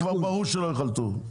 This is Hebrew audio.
כבר ברור שלא יחלטו.